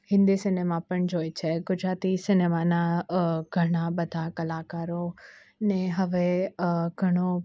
Hindi cinema પણ જોએ છે ગુજરાતી સિનેમાના ગણ ઘણા બધા કલાકારો ને હવે ઘણો